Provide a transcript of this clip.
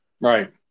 Right